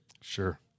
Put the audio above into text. sure